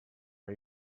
are